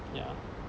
ya